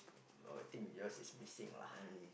oh I think yours is missing lah